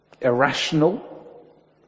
irrational